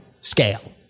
scale